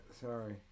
Sorry